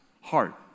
heart